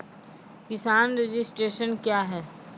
किसान रजिस्ट्रेशन क्या हैं?